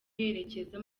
yerekeza